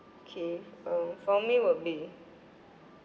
okay uh for me will be